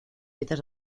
piezas